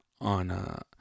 on